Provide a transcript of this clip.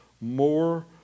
More